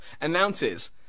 announces